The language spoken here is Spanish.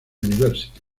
university